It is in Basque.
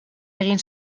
egin